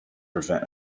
prevent